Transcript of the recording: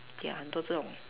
ya 很多这种